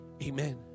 Amen